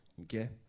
Okay